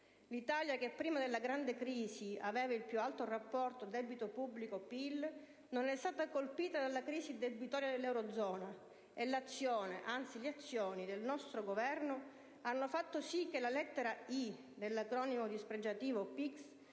L'Italia, che prima della grande crisi aveva il più alto rapporto tra debito pubblico e PIL, non è stata colpita dalla crisi debitoria dell'eurozona. E l'azione, anzi le azioni, del nostro Governo hanno fatto sì che la lettera «I» dell'acronimo dispregiativo PIGS